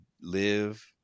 live